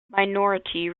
minority